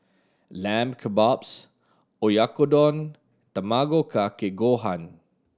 Lamb Kebabs Oyakodon Tamago Kake Gohan